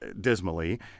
dismally